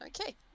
Okay